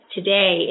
today